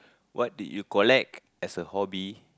what did you collect as a hobby